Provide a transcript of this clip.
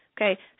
okay